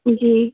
जी